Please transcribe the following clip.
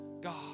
God